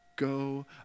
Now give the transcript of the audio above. Go